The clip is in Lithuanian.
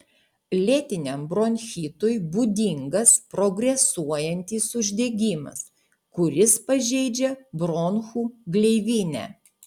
lėtiniam bronchitui būdingas progresuojantis uždegimas kuris pažeidžia bronchų gleivinę